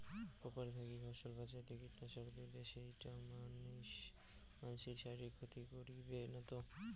পোকার থাকি ফসল বাঁচাইতে কীটনাশক দিলে সেইটা মানসির শারীরিক ক্ষতি করিবে না তো?